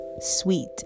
sweet